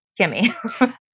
Kimmy